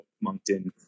Moncton